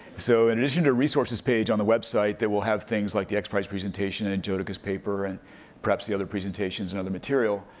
so in addition to resources page on the website, that we'll have things like the xprize presentation, an-jo-ti-cus paper, and perhaps the other presentations and other material.